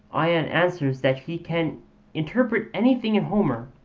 ion answers that he can interpret anything in homer.